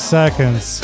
seconds